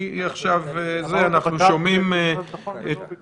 עכשיו אנחנו שומעים את